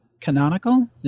canonical